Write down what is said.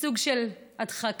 סוג של הדחקה,